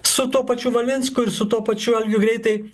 su tuo pačiu valinsku ir su tuo pačiu algiu greitai